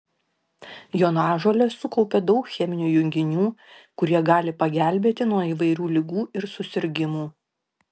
jonažolės sukaupia daug cheminių junginių kurie gali pagelbėti nuo įvairių ligų ir susirgimų